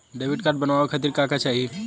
Debit card बनवावे खातिर का का चाही?